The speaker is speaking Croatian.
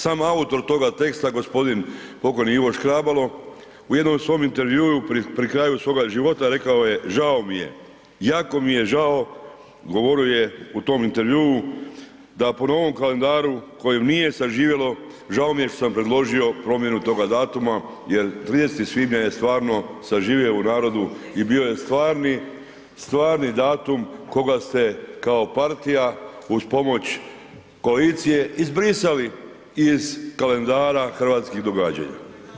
Sam autor toga teksta, g. pokojni Ivo Škrabalo, u jednom svom intervjuu pri kraju svoga života rekao je žao mi je, jako mi je žao, govorio je u tom intervjuu da po novom kalendaru u kojem je zaživjelo, žao mi je što sam predložio promjenu toga datuma jer 30. svibnja je stvarno zaživio u narodu i bio je stvarni datum koga ste kao partija uz pomoć koalicije, izbrisali iz kalendara hrvatskih događanja.